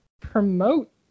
promote